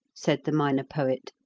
said the minor poet,